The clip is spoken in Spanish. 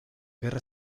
guerra